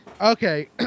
okay